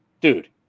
Dude